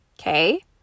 Okay